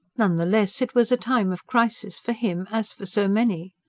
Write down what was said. none the less it was a time of crisis, for him, as for so many.